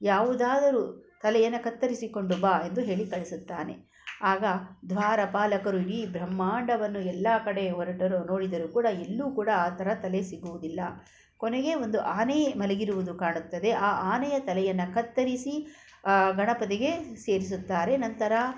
ಯಾವುದಾದರೂ ತಲೆಯನ್ನ ಕತ್ತರಿಸಿಕೊಂಡು ಬಾ ಎಂದು ಹೇಳಿ ಕಳಿಸುತ್ತಾನೆ ಆಗ ದ್ವಾರಪಾಲಕರು ಇಡೀ ಬ್ರಹ್ಮಾಂಡವನ್ನು ಎಲ್ಲ ಕಡೆ ಹೊರಟರೂ ನೋಡಿದರೂ ಕೂಡ ಎಲ್ಲೂ ಕೂಡ ಆ ಥರ ತಲೆ ಸಿಗುವುದಿಲ್ಲ ಕೊನೆಗೆ ಒಂದು ಆನೆಯೇ ಮಲಗಿರುವುದು ಕಾಣುತ್ತದೆ ಆ ಆನೆಯ ತಲೆಯನ್ನು ಕತ್ತರಿಸಿ ಗಣಪತಿಗೆ ಸೇರಿಸುತ್ತಾರೆ ನಂತರ